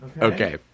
Okay